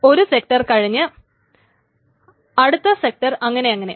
ഒരു സെക്ടർ കഴിഞ്ഞ് അടുത്ത സെക്ടർ അങ്ങനെയങ്ങനെ